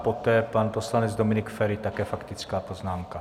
Poté pan poslanec Dominik Feri, také faktická poznámka.